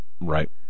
Right